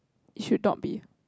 it should not be